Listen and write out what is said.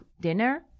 dinner